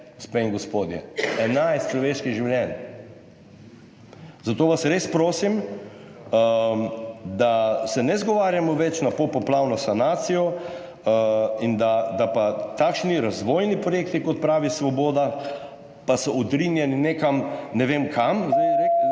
in gospodje. 11 človeških življenj. Zato vas res prosim, da se ne izgovarjamo več na popoplavno sanacijo. Da pa so takšni razvojni projekti, kot pravi Svoboda, odrinjeni nekam, ne vem kam,